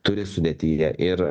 turi sudėtyje ir